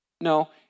No